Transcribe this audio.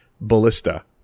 ballista